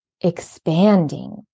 expanding